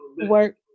work